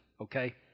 okay